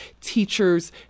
teachers